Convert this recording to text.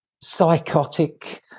psychotic